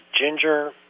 ginger